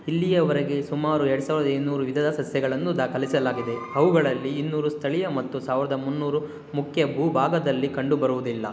ಇಲ್ಲಿಯವರೆಗೆ ಸುಮಾರು ಎರ್ಡು ಸಾವಿರದ ಇನ್ನೂರು ವಿಧದ ಸಸ್ಯಗಳನ್ನು ದಾಖಲಿಸಲಾಗಿದೆ ಅವುಗಳಲ್ಲಿ ಇನ್ನೂರು ಸ್ಥಳೀಯ ಮತ್ತು ಸಾವಿರದ ಮುನ್ನೂರು ಮುಖ್ಯ ಭೂಭಾಗದಲ್ಲಿ ಕಂಡುಬರುವುದಿಲ್ಲ